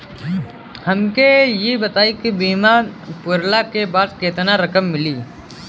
हमके ई बताईं बीमा पुरला के बाद केतना रकम मिली?